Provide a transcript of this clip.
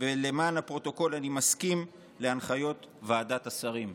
ולמען הפרוטוקול, אני מסכים להנחיות ועדת השרים.